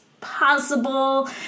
possible